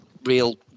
real